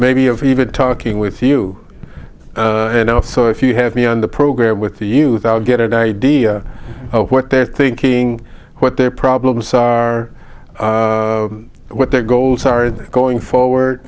maybe of even talking with you and so if you have me on the program with the youth i'll get an idea of what they're thinking what their problems are what their goals are going forward